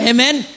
Amen